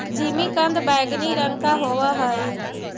जिमीकंद बैंगनी रंग का होव हई